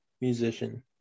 musician